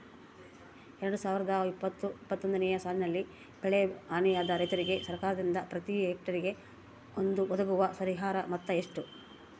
ಎರಡು ಸಾವಿರದ ಇಪ್ಪತ್ತು ಇಪ್ಪತ್ತೊಂದನೆ ಸಾಲಿನಲ್ಲಿ ಬೆಳೆ ಹಾನಿಯಾದ ರೈತರಿಗೆ ಸರ್ಕಾರದಿಂದ ಪ್ರತಿ ಹೆಕ್ಟರ್ ಗೆ ಒದಗುವ ಪರಿಹಾರ ಮೊತ್ತ ಎಷ್ಟು?